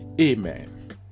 Amen